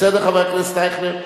בסדר, חבר הכנסת אייכלר?